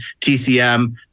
TCM